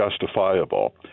justifiable